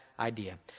idea